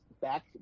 back